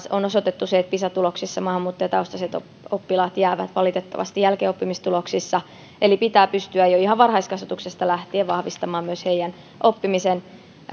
on osoitettu se että meillä pisa tuloksissa maahanmuuttajataustaiset oppilaat jäävät valitettavasti jälkeen oppimistuloksissa eli pitää pystyä jo ihan varhaiskasvatuksesta lähtien vahvistamaan myös heidän oppimisensa